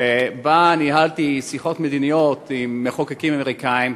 שבה ניהלתי שיחות מדיניות עם מחוקקים אמריקנים,